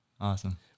Awesome